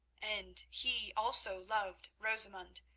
and he also loved rosamund.